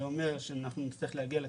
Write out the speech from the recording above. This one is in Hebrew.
זה אומר שנצטרך להגיע לכנסת,